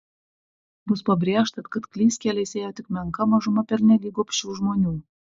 bus pabrėžta kad klystkeliais ėjo tik menka mažuma pernelyg gobšių žmonių